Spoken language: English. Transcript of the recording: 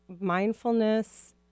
mindfulness